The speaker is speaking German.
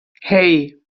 hei